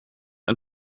ein